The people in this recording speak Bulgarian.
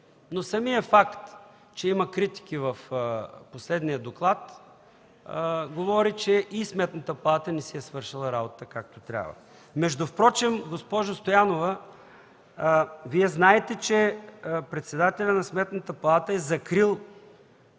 Но самият факт, че има критики в последния доклад говори, че и Сметната палата не си е свършила работата както трябва. Между другото, госпожо Стоянова, Вие знаете, че председателят на Сметната палата е закрил